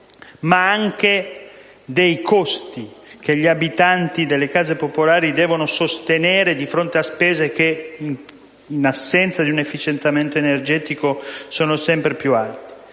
nonché dei costi che gli abitanti delle case popolari devono sostenere di fronte a spese che in assenza di un'efficientamento energetico sono sempre più alte.